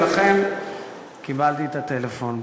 ולכן קיבלתי את הטלפון.